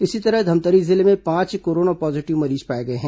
इसी तरह धमतरी जिले में पांच कोरोना पॉजीटिव मरीज पाए गए हैं